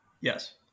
Yes